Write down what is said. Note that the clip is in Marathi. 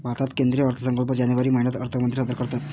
भारतात केंद्रीय अर्थसंकल्प जानेवारी महिन्यात अर्थमंत्री सादर करतात